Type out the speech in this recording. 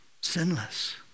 sinless